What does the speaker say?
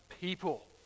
people